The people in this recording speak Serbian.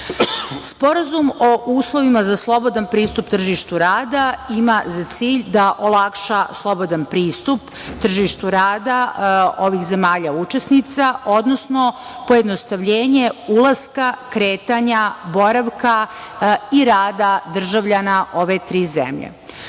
o uslovima za slobodan pristup tržištu rada ima za cilj da olakša slobodan pristup tržištu rada ovih zemalja učesnica, odnosno pojednostavljenje ulaska, kretanja, boravka i rada državljana ove tri